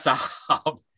stop